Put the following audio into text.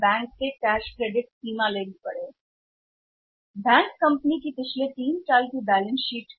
बैंकों को विश्लेषण करना होगा कंपनी की बैलेंस शीट कंपनी के पिछले तीन वर्षों की बैलेंस शीट से